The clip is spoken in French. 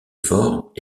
fort